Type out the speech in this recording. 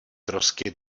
trosky